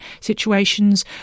situations